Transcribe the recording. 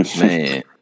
Man